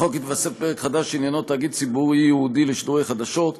בחוק יתווסף פרק חדש שעניינו תאגיד ציבורי ייעודי לשידורי חדשות.